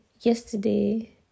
yesterday